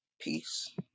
peace